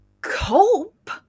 cope